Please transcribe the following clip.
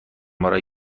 برای